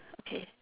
okay